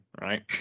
right